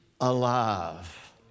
alive